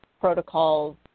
protocols